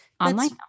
online